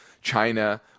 China